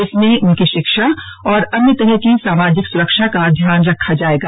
इसमें उनकी शिक्षा और अन्य तरह की सामाजिक सुरक्षा का ध्यान रखा जाएगा